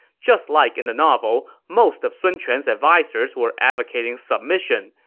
just like in the novel, most of sun quan's advisers were advocating submission,